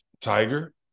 Tiger